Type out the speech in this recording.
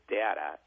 data